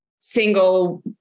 single